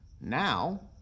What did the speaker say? Now